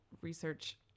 research